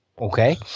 Okay